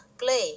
play